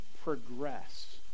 progress